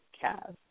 Cast